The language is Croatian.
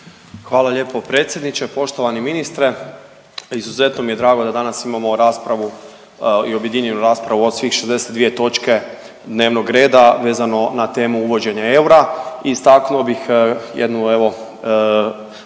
Hvala lijepo predsjedniče. Poštovani ministre, izuzetno mi je drago da danas imamo raspravu i objedinjenu raspravu o svih 62 točke dnevnog reda vezano na temu uvođenja eura. Istaknuo bih jednu, evo,